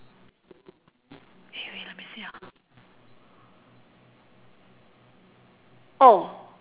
eh wait let me see ah oh